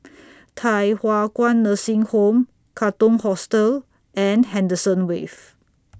Thye Hua Kwan Nursing Home Katong Hostel and Henderson Wave